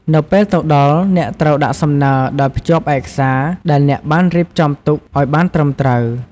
នៅពេលទៅដល់ អ្នកត្រូវដាក់សំណើដោយភ្ជាប់ឯកសារ ដែលអ្នកបានរៀបចំទុកឲ្យបានត្រឹមត្រូវ។